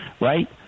right